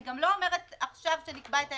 אני גם לא אומרת עכשיו שנקבע את הימים.